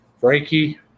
Frankie